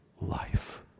life